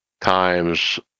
times